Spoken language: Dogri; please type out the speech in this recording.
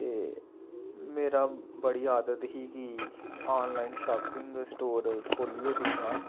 ते मेरा बड़ी आदत ही कि आनलाइन शापिंग स्टोर खोलियै दिक्खना